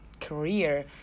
career